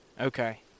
Okay